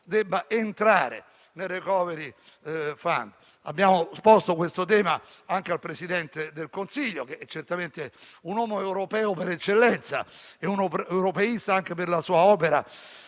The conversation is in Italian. debba entrare nel *recovery plan*. Abbiamo posto questo tema anche al Presidente del Consiglio, che certamente è uomo europeo per eccellenza, anche per la sua opera